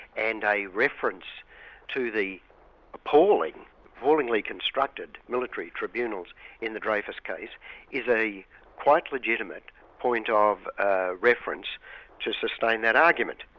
and a reference to the appallingly appallingly constructed military tribunals in the dreyfus case is a quite legitimate point ah of ah reference to sustain that argument.